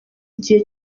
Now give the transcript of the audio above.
igihe